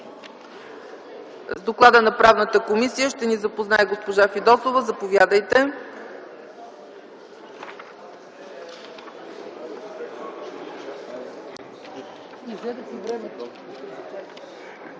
С доклада на Правната комисия ще ни запознае госпожа Фидосова. Заповядайте.